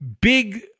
big